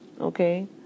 Okay